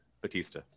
Batista